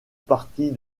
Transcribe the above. partie